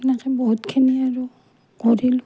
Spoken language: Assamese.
এনেকৈ বহুতখিনি আৰু কৰিলোঁ